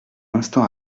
instant